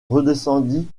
redescendit